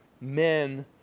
men